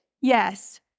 Yes